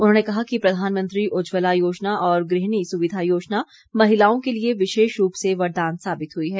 उन्होंने कहा कि प्रधानमंत्री उज्जवला योजना और गृहिणी सुविधा योजना महिलाओं के लिए विशेष रूप से वरदान साबित हुई है